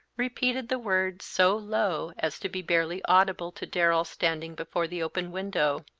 repeated the words so low as to be barely audible to darrell standing before the open window.